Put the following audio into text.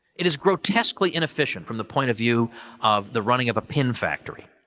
it is grotesquely inefficient from the point of view of the running of a pin factory.